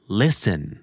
listen